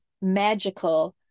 magical